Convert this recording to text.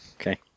Okay